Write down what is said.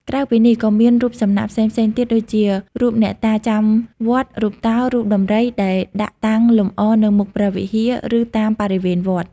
ក្រៅពីនេះ ក៏មានរូបសំណាកផ្សេងៗទៀតដូចជា រូបអ្នកតាចាំវត្ត រូបតោ រូបដំរី ដែលដាក់តាំងលម្អនៅមុខព្រះវិហារ ឬតាមបរិវេណវត្ត។